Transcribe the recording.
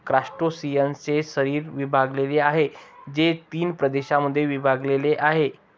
क्रस्टेशियन्सचे शरीर विभागलेले आहे, जे तीन प्रदेशांमध्ये विभागलेले आहे